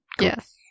Yes